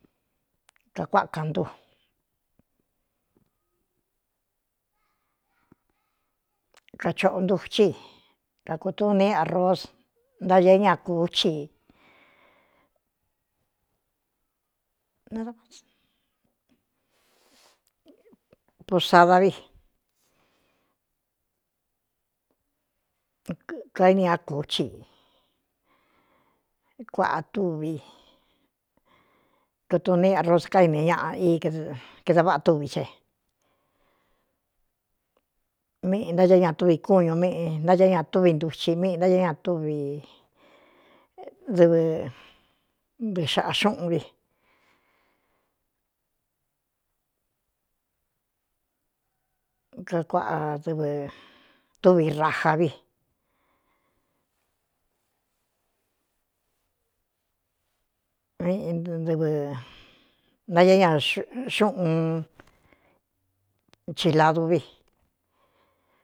Kakua ka ntu kachoꞌo ntuchi i ra kūtuni aros ntáēé ña kūú chi na pusada vi kaíni á kūú chii kuaꞌa túvi kutuni aros káinɨ ñaꞌa i keda váꞌā túvi xe mꞌi ntáɨ é ña túvi kúñū míꞌi ntáēé ña túvi ntuchi míꞌī ntáɨé ña tvi dɨvɨ dɨꞌɨxaꞌa xúꞌun vi kakuaꞌa dɨvɨ túvi rajávi mꞌɨnáēé ña xúꞌun chiladu vi.